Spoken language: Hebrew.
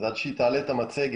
עד שהיא תעלה את המצגת